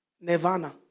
Nirvana